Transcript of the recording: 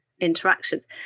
interactions